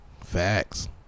Facts